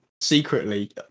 Secretly